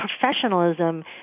Professionalism